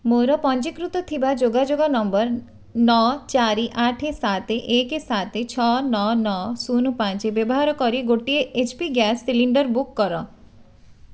ମୋର ପଞ୍ଜୀକୃତ ଥିବା ଯୋଗାଯୋଗ ନମ୍ବର ନଅ ଚାରି ଆଠ ସାତ ଏକ ସାତେ ଛଅ ନଅ ନଅ ଶୂନ୍ ପାଞ୍ଚ ବ୍ୟବାହାର କରି ଗୋଟିଏ H P gas cylinder book କର